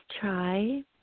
try